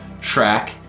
track